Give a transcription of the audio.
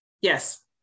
Yes